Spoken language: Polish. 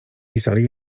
pisali